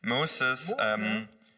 Moses